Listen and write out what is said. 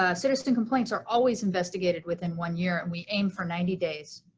ah citizen complaints are always investigated within one year and we aim for ninety days.